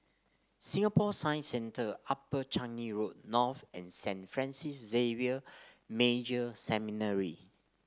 Singapore Science Centre Upper Changi Road North and Saint Francis Xavier Major Seminary